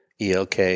ELK